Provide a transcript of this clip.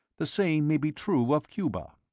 the same may be true of cuba.